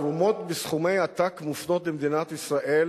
תרומות בסכומי עתק מופנות למדינת ישראל